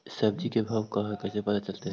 सब्जी के का भाव है कैसे पता चलतै?